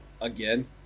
Again